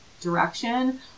direction